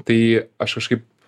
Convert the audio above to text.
tai aš kažkaip